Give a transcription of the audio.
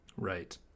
Right